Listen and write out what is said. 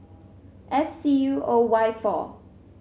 S C U O Y four